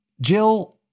Jill